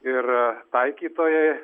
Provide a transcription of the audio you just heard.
ir taikytojai